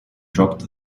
dropped